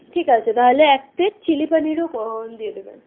ঠিক আছে তাহলে এক প্লেট চিলি পানিরও কো দিয়ে দেবেন